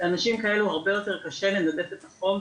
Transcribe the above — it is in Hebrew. לאנשים כאלה הרבה יותר קשה לנווט את החום,